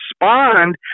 respond